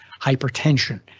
hypertension